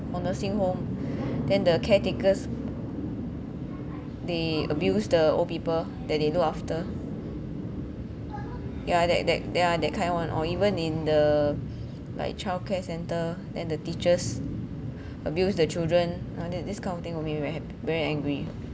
or nursing home then the caretakers they abuse the old people that they look after yeah that that that ah that kind one or even in the like childcare centre then the teachers abuse the children uh this kind of thing make me very angry